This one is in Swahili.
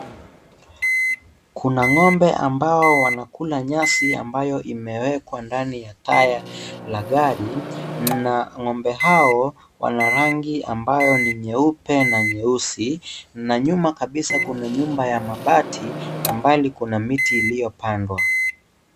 Kuna ng'ombe ambao wanakula nyasi ambayo imewekwa ndani ya taya la gari, na ng'ombe hao wana rangi ambayo ni nyeupe na nyeusi, na nyuma kabisa kuna nyumba ya mabati, na mbali kuna miti iliyopandwa.